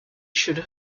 should